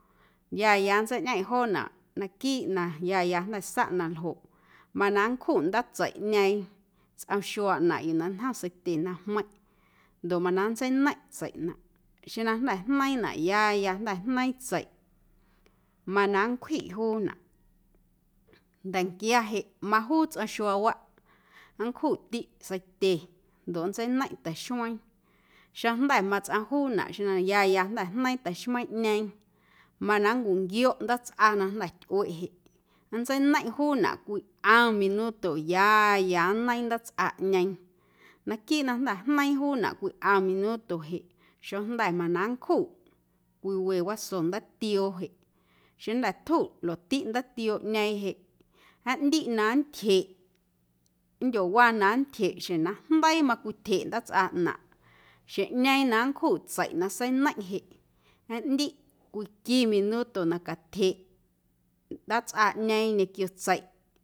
Ya ya nntseiñꞌeⁿꞌ joonaꞌ naquiiꞌ na ya ya jnda̱ saꞌ na ljoꞌ mana nncjuꞌ ndaatseiꞌñeeⁿ tsꞌom xuaaꞌnaⁿꞌ yuu na ñjom seitye jmeiⁿꞌ ndoꞌ mana nntseineiⁿꞌ tseiꞌnaⁿꞌ xeⁿ na jnda̱ jneiiⁿnaꞌ ya ya jnda̱ jneiiⁿ tseiꞌ mana nncwjeiꞌ juunaꞌ nda̱nquia jeꞌ majuu tsꞌom xuaawaꞌ nncjuꞌtiꞌ seitye ndoꞌ nntseineiⁿꞌ ta̱xmeiiⁿ xeⁿjnda̱ matsꞌom juunaꞌ xeⁿ na ya ya jnda̱ jneiiⁿ ta̱xmeiiⁿꞌñeeⁿ mana nncuꞌnquioꞌ ndaatsꞌa na jnda̱ tyꞌueꞌ jeꞌ nntseineiⁿꞌ juunaꞌ cwii ꞌom minuto ya ya nneiiⁿ ndaatsꞌaꞌñeeⁿ naquiiꞌ na jnda̱ jneiiⁿ juunaꞌ cwii ꞌom minuto jeꞌ xojnda̱ mana nncjuꞌ cwii we waso ndaatioo jeꞌ xeⁿjnda̱ jnda̱ tjuꞌ laꞌtiꞌ ndaatiooꞌñeeⁿ jeꞌ aꞌndiꞌ na nntyjeꞌ nndyowa na nntyjeꞌ xjeⁿ na jndeii macwityjeꞌ ndaatsꞌaꞌnaⁿꞌ xjeⁿꞌñeeⁿ na nncjuꞌ tseiꞌ na seineiⁿꞌ jeꞌ aꞌndiꞌ cwii qui minuto na catyjeꞌ ndaatsꞌaꞌñeeⁿ ñequio tseiꞌ.